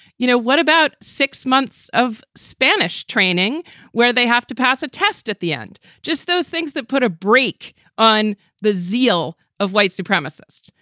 you know, what, about six months of spanish training where they have to pass a test at the end, just those things that put a brake on the zeal of white supremacists.